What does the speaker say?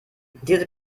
diese